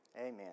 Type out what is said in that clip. Amen